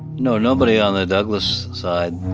no nobody on the douglas side.